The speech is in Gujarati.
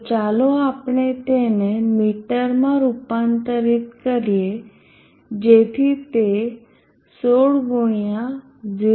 તો ચાલો આપણે તેને મીટરમાં રૂપાંતરિત કરીએ જેથી તે 16 x 0